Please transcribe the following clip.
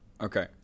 Okay